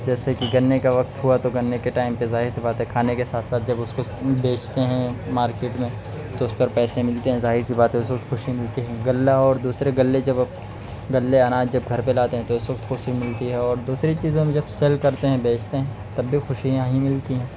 جیسے کہ گنّے کا وقت ہوا تو گنّے کے ٹائم پہ ظاہر سی بات ہے کھانے کے ساتھ ساتھ جب اس کو بیچتے ہیں مارکیٹ میں تو اس پر پیسے ملتے ہیں ظاہر سی بات ہے اس وقت خوشی ملتی ہے غلہ اور دوسرے غلے جب غلے اناج جب گھر پہ لاتے ہیں تو اس وقت خوشی ملتی ہے اور دوسری چیزیں ہم جب سیل کرتے ہیں بیچتے ہیں تب بھی خوشیاں ہی ملتی ہیں